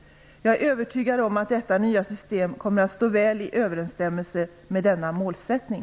Jag är övertygad om att detta nya system kommer att stå väl i överensstämmelse med denna målsättning.